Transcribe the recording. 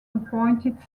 appointed